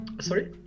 sorry